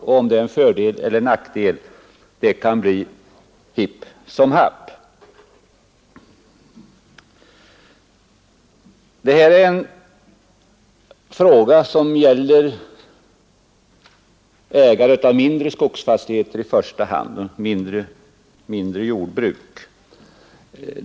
Om detta är en fördel eller en nackdel kan vara hipp som happ. Detta är en fråga som i första hand gäller ägare av mindre skogsfastigheter och mindre jordbruk.